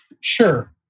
Sure